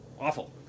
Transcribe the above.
awful